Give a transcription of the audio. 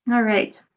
and alright